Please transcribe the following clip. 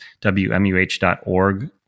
WMUH.org